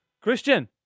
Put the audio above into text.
Christian